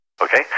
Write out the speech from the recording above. Okay